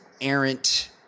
errant